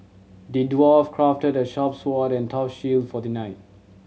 the dwarf crafted a sharp sword and tough shield for the knight